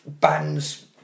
bands